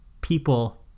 people